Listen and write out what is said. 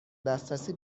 دسترسی